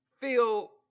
feel